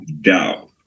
doubt